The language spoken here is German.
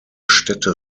städte